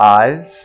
eyes